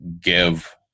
give